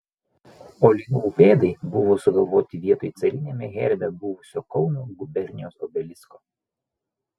o linų pėdai buvo sugalvoti vietoj cariniame herbe buvusio kauno gubernijos obelisko